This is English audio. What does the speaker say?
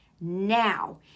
now